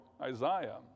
Isaiah